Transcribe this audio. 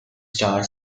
star